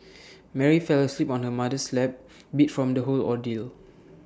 Mary fell asleep on her mother's lap beat from the whole ordeal